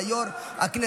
אלא יו"ר הכנסת.